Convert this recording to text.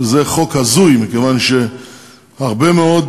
שזה חוק הזוי, מכיוון שהרבה מאוד,